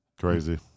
Crazy